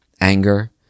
Anger